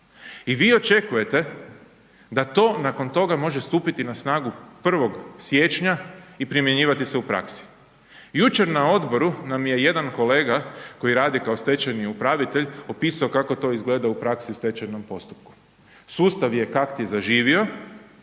I vi očekujete da to, nakon toga može stupiti na snagu 1. siječnja i primjenjivati se u praksi. Jučer na odboru nam je jedan kolega koji radi kao stečajni upravitelj opisao kako to izgleda u praksi u stečajnom postupku. Sustav je kak'ti zaživio